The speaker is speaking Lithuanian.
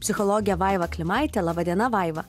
psichologę vaivą klimaitę laba diena vaiva